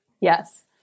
Yes